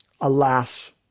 Alas